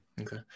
Okay